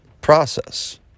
process